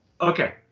Okay